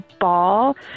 ball